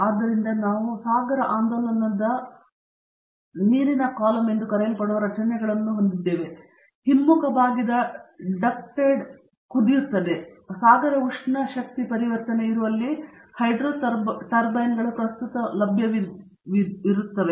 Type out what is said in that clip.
ಆದ್ದರಿಂದ ನಾವು ಸಾಗರ ಆಂದೋಲನದ ನೀರಿನ ಕಾಲಮ್ ಎಂದು ಕರೆಯಲ್ಪಡುವ ರಚನೆಗಳನ್ನು ಹೊಂದಿದ್ದೇವೆ ಹಿಮ್ಮುಖ ಬಾಗಿದ ಡಕ್ಟೆಡ್ ಕುದಿಯುತ್ತವೆ ಸಾಗರ ಉಷ್ಣ ಶಕ್ತಿ ಪರಿವರ್ತನೆ ಇರುವಲ್ಲಿ ಹೈಡ್ರೊ ಟರ್ಬೈನ್ಗಳು ಪ್ರಸ್ತುತ ಲಭ್ಯವಿರುತ್ತವೆ